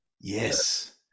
yes